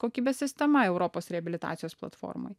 kokybės sistemą europos reabilitacijos platformoj